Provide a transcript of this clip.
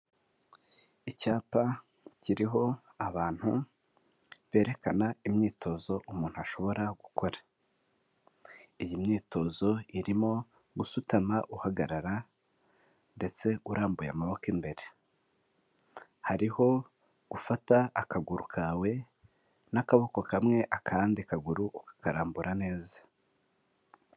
Icyapa kiriho abantu, berekana imyitozo umuntu ashobora gukora, iyi myitozo irimo gusutama, uhagarara, ndetse urambuye amaboko imbere, hariho gufata akaguru kawe, n'akaboko kamwe n'akandi kaguru ukakarambura neza.